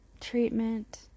treatment